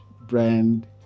brand